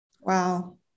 Wow